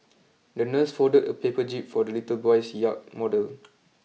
the nurse folded a paper jib for the little boy's yacht model